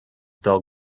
dull